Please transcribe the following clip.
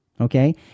okay